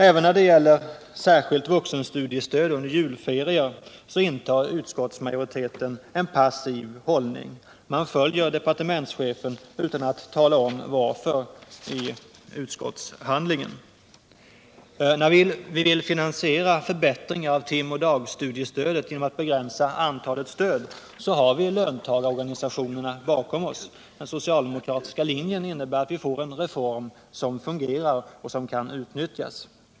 Även när de gäller särskilt vuxenstudiestöd under julferier intar utskottsmajoriteten en passiv hållning och följer i utskottshandlingen departementschefen utan att tala om varför. När vi vill finansiera förbättringen av timoch dagstudiestödet genom att begränsa det antal stöd som kan utgå har vi löntagarorganisationerna bakom oss. Den socialdemokratiska linjen innebär att vi får en reform som fungerar och som kan utnyttjas.